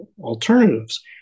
alternatives